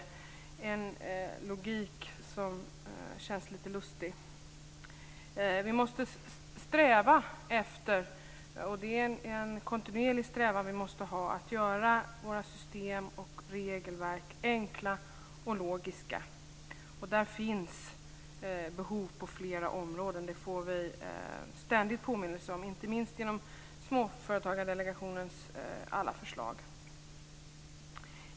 Det är en logik som känns lite lustig. Vi måste ha en kontinuerlig strävan att göra våra system och regelverk enkla och logiska. Det finns behov av detta på flera områden. Vi får ständigt påminnelser om det, inte minst genom Småföretagsdelegationens alla förslag.